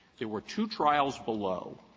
there were two trials below.